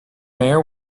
mayor